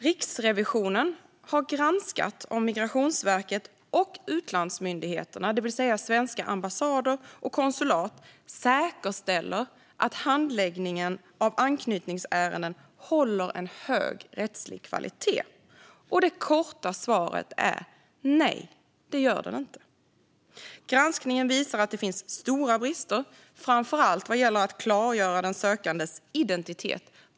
Riksrevisionen har granskat om Migrationsverket och utlandsmyndigheterna, det vill säga svenska ambassader och konsulat, säkerställer att handläggningen av anknytningsärenden håller hög rättslig kvalitet. Det korta svaret är nej, det gör den inte. Granskningen visar att det finns stora brister, framför allt vad gäller att klargöra den sökandes identitet.